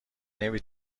نمی